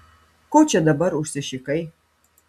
ko čia dabar užsišikai